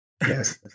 Yes